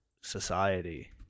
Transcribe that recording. society